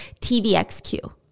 TVXQ